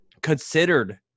considered